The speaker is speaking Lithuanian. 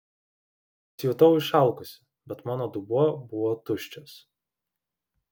pasijutau išalkusi bet mano dubuo buvo tuščias